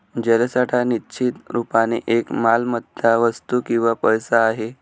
जलसाठा निश्चित रुपाने एक मालमत्ता, वस्तू किंवा पैसा आहे